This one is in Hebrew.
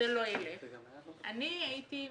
אני הייתי מציעה,